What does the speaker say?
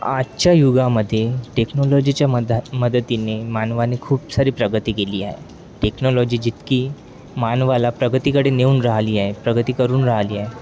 आजच्या युगामध्ये टेक्नॉलॉजीच्या मधा मदतीने मानवाने खूप सारी प्रगती केली आहे टेक्नॉलॉजी जितकी मानवाला प्रगतीकडे नेऊन राहिली आहे प्रगती करून राहिली आहे